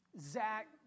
Zach